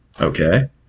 Okay